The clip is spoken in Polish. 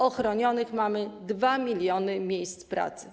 Ochronionych mamy 2 mln miejsc pracy.